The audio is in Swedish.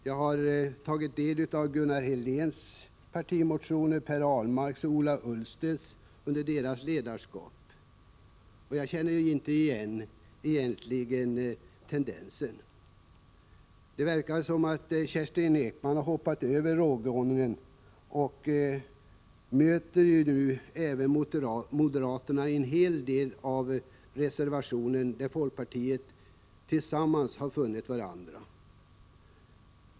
Jag har tagit del av partimotioner som utarbetats under Gunnar Heléns, Per Ahlmarks och Ola Ullstens ledarskap, och jag känner egentligen inte igen tendensen. Det verkar som om Kerstin Ekman har hoppat över rågången, när folkpartiet nu möter moderaterna i en del av reservationerna och partierna tillsammans har funnit varandra.